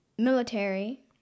military